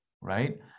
right